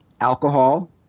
alcohol